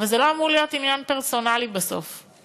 אבל זה לא אמור להיות עניין פרסונלי, בסוף.